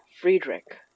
Friedrich